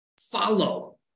Follow